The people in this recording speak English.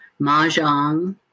Mahjong